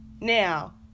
now